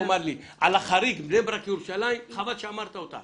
החריג בני ברק-ירושלים חבל שאמרת אותו.